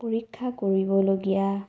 পৰীক্ষা কৰিবলগীয়া